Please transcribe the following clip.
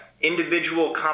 individual